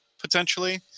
potentially